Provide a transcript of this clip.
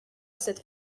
cette